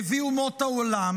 נביא אומות העולם,